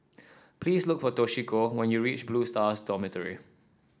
please look for Toshiko when you reach Blue Stars Dormitory